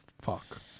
fuck